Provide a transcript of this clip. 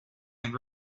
and